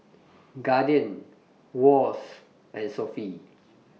Guardian Wall's and Sofy